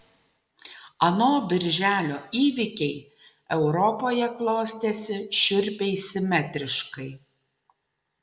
ano birželio įvykiai europoje klostėsi šiurpiai simetriškai